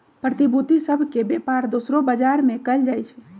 प्रतिभूति सभ के बेपार दोसरो बजार में कएल जाइ छइ